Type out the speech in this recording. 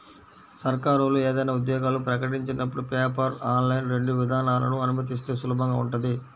సర్కారోళ్ళు ఏదైనా ఉద్యోగాలు ప్రకటించినపుడు పేపర్, ఆన్లైన్ రెండు విధానాలనూ అనుమతిస్తే సులభంగా ఉంటది